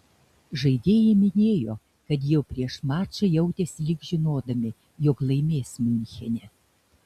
žaidėjai minėjo kad jau prieš mačą jautėsi lyg žinodami jog laimės miunchene